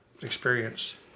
experience